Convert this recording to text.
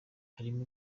harimo